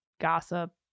gossip